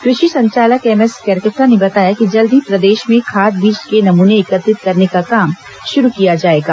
कृषि संचालक एमएस केरकेट्टा ने बताया कि जल्द ही प्रदेश में खाद बीज के नमूने एकत्रित करने का काम शुरू किया जाएगा